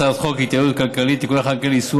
הצעת חוק ההתייעלות הכלכלית (תיקוני חקיקה ליישום